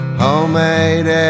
homemade